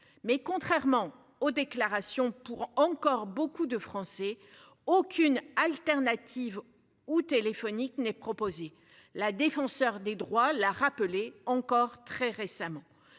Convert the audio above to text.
mais, contrairement aux déclarations pour encore beaucoup de Français aucune alternative ou téléphonique n'est proposé. La défenseure des droits la rappeler encore très récemment.